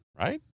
right